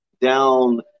down